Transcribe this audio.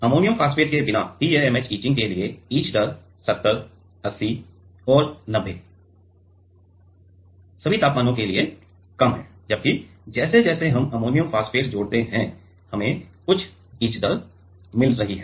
ammonium phosphate के बिना TMAH etching के लिए ईच दर ७० ८० और ९० सभी तापमानों के लिए कम है जबकि जैसे जैसे हम अमोनियम फॉस्फेट जोड़ते हैं हमें उच्च ईच दर मिल रही है